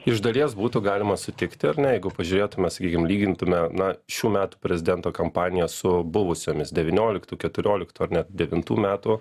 iš dalies būtų galima sutikti ar ne jeigu pažiūrėtume sakykim lygintume na šių metų prezidento kampaniją su buvusiomis devynioliktų keturioliktų ar net devintų metų